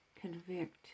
convict